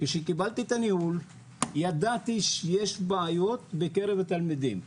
כשקיבלתי את הניהול ידעתי שיש בעיות בקרב התלמידים.